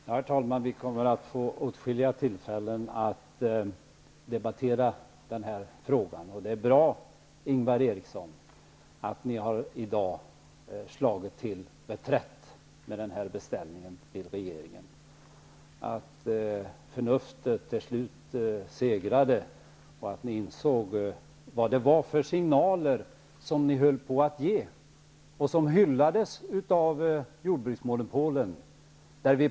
Herr talman! Vi kommer att få åtskilliga tillfällen att debattera den här frågan. Det är bra, Ingvar Eriksson, att ni i dag har slagit till reträtt med den här beställningen till regeringen. Förnuftet segrade till slut, och ni insåg vilka signaler ni höll på att ge och som hyllades av jordbruksmonopolet.